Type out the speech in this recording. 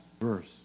verse